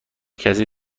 کسی